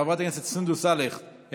חבר הכנסת עופר כסיף,